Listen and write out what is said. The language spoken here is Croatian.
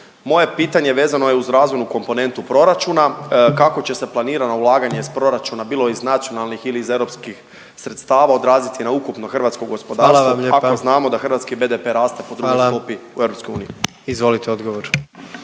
Moje pitanje vezano je uz razvojnu komponentu proračuna kako će se planirano ulaganje iz proračuna, bilo iz nacionalnih ili iz europskih sredstava odraziti na ukupno hrvatsko gospodarstvo … …/Upadica predsjednik: Hvala vam